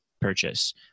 purchase